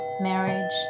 marriage